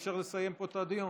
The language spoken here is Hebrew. אי-אפשר לסיים פה את הדיון.